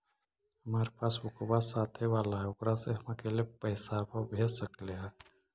हमार पासबुकवा साथे वाला है ओकरा से हम अकेले पैसावा भेज सकलेहा?